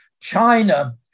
China